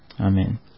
Amen